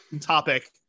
topic